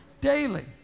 daily